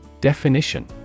Definition